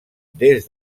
des